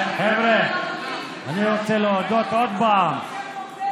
חבר'ה, אני רוצה להודות עוד פעם